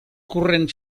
corrent